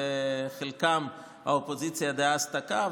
ואת חלקם האופוזיציה דאז תקעה,